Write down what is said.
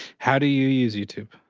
how do you use youtube?